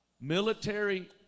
Military